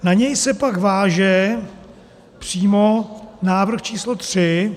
Na něj se pak váže přímo návrh č. 3.